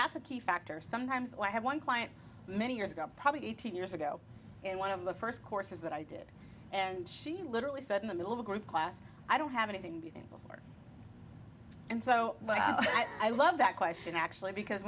that's a key factor sometimes i have one client many years ago probably eighteen years ago and one of the first courses that i did and she literally said in the middle of a group class i don't have anything to be involved and so but i love that question actually because